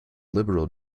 liberal